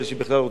ואמרתי את זה,